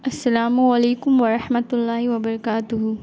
السلام علیکم ورحمتہ اللہ و برکاتہ